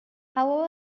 however